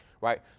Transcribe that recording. right